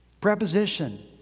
preposition